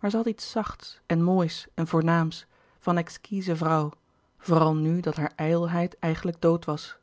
zij had iets zachts en moois en voornaams van exquize vrouw vooral nu dat hare ijdelheid eigenlijk dood was